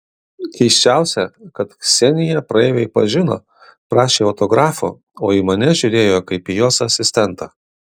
keisčiausia kad kseniją praeiviai pažino prašė autografo o į mane žiūrėjo kaip į jos asistentą